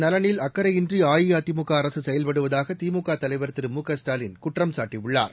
நலனில் அக்கரையின்றிஅஇஅதிமுகஅரசுசெயல்படுவதாகதிமுகதலைவா் திரு மக்கள் மு க ஸ்டாலின் குற்றம்சாட்டியுள்ளார்